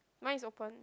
mine is open